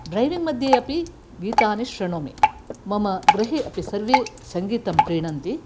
driving मध्ये अपि गीतानि शृणोमि मम गृहे अपि सर्वे सङ्गीतं प्रीणन्ति